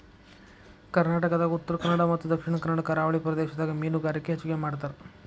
ಕರ್ನಾಟಕದಾಗ ಉತ್ತರಕನ್ನಡ ಮತ್ತ ದಕ್ಷಿಣ ಕನ್ನಡ ಕರಾವಳಿ ಪ್ರದೇಶದಾಗ ಮೇನುಗಾರಿಕೆ ಹೆಚಗಿ ಮಾಡ್ತಾರ